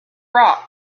rock